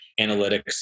analytics